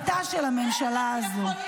-- מציל אותנו מחרפתה של הממשלה הזאת.